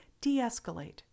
de-escalate